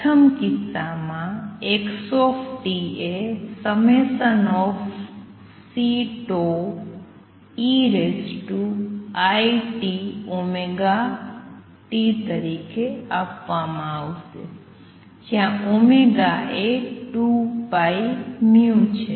પ્રથમ કિસ્સામાં x એ ∑Ceiτωt તરીકે આપવામાં આવશે જ્યાં એ 2πν છે